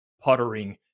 puttering